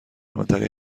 منطقه